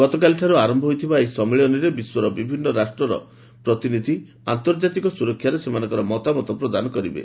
ଗତକାଲିଠାର୍ତ୍ର ଆରମ୍ଭ ହୋଇଥିବା ଏହି ସମ୍ମିଳନୀରେ ବିଶ୍ୱର ବିଭିନ୍ନ ରାଷ୍ଟ୍ରର ପ୍ରତିନିଧି ଆନ୍ତର୍ଜାତିକ ସ୍ରରକ୍ଷାରେ ସେମାନଙ୍କର ମତାମତ ପ୍ରଦାନ କରିବେ